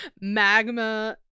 Magma